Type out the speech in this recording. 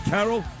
Carol